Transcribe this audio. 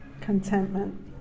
contentment